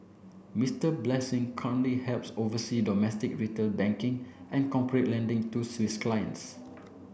Mister Blessing currently helps oversee domestic retail banking and corporate lending to Swiss clients